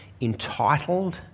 entitled